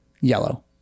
yellow